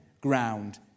ground